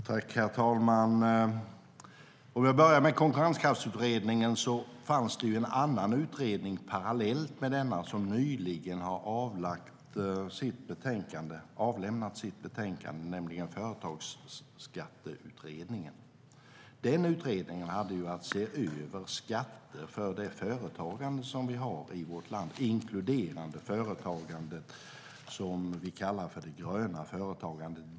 Herr talman! Låt mig börja med Konkurrenskraftsutredningen. Det fanns en annan utredning som arbetade parallellt med den och som nyligen har avlämnat sitt betänkande, nämligen Företagsskatteutredningen. Den utredningen hade att se över skatter för det företagande som vi har i vårt land, inklusive det som vi kallar för det gröna företagandet.